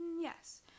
yes